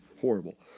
Horrible